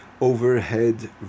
overhead